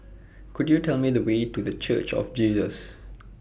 Could YOU Tell Me The Way to The Church of Jesus